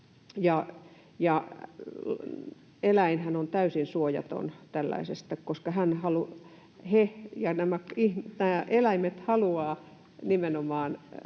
Eläinhän on täysin suojaton tällaisessa, koska eläimet haluavat nimenomaan